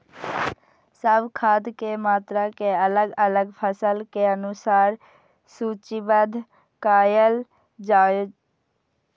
सब खाद के मात्रा के अलग अलग फसल के अनुसार सूचीबद्ध कायल जाओ?